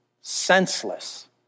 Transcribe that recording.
senseless